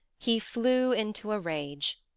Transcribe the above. he flew into a rage.